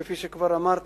כפי שכבר אמרת,